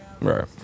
Right